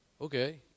Okay